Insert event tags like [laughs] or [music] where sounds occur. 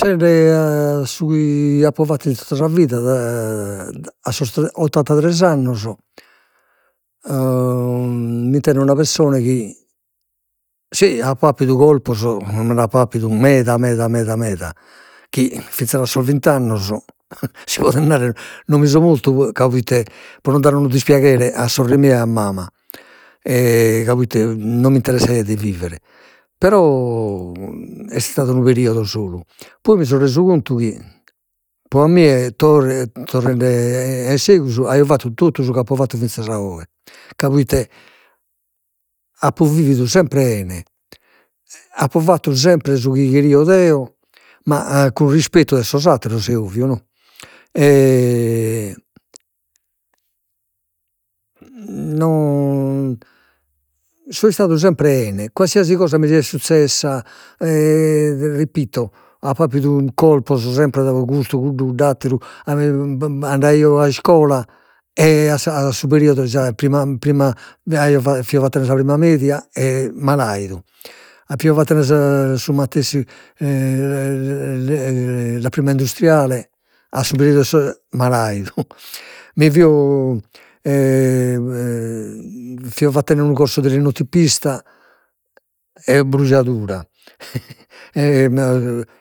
Pensende a su chi apo fattu in tota sa vida [hesitation] a sos [hesitation] ottantatres annos [hesitation] mi intendo una pessone chi, si apo appidu colpos, nd'apo appidu meda meda meda meda chi finzas a sos vint'annos [laughs] si potet narrer non mi so mortu, ca proite pro non dare unu dispiaghere a sorre mia e a mama, e ca proite non mi interassaiat de vivere, però est istadu unu periodo solu, poi mi so resu contu chi, pro a mie torr torrende [hesitation] a in segus aio fattu totu su chi apo fattu finzas a oe, ca proite apo vividu sempre 'ene, apo fattu sempre su chi cherio deo, ma a cun rispettu 'e sos atteros, è ovvio no [hesitation] no, so istadu sempre 'ene, qualsiasi cosa mi siat suzzessa [hesitation] repito, apo appidu colpos sempre dai custu cuddu cudd'atteru [unintelligible] andaio a iscola e a sa a su periodo de sa prima prima [hesitation] fio fatende sa prima media e, malaidu. Fio fattene su matessi [hesitation] la prima industriale, a sui periodo e su, malaidu. [laughs] Mi fio [hesitation] fio fatende unu corso de linotipista e, brujadura [laughs]